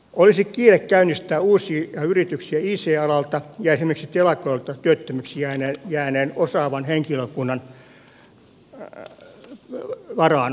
olisi kiire käynnistää uusia yrityksiä ict alalta ja esimerkiksi telakoilta työttömiksi jääneen osaavan henkilökunnan varaan